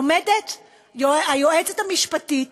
עומדת היועצת המשפטית